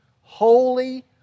holy